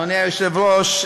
אדוני היושב-ראש,